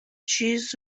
چیز